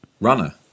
Runner